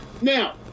Now